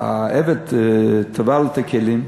העבד טבל את הכלים,